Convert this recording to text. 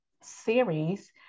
series